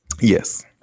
yes